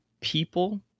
people